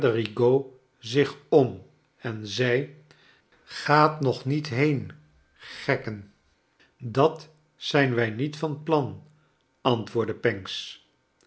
zich om en zei gaat nog niet been gekken dat zijn wij niet van plan antwoordde pancks